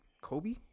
Kobe